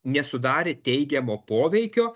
nesudarė teigiamo poveikio